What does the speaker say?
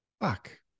Fuck